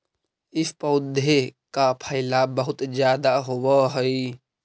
इस पौधे का फैलाव बहुत ज्यादा होवअ हई